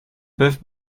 boeuf